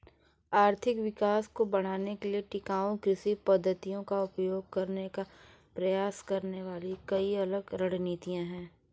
आर्थिक विकास को बढ़ाने के लिए टिकाऊ कृषि पद्धतियों का उपयोग करने का प्रयास करने वाली कई अलग रणनीतियां हैं